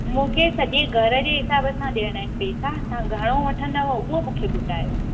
मू्खे सॼे घर जे हिसाब सां ॾियणा आहिनि पैसा तव्हां घणो वठंदव उहो मूंखे बुधायो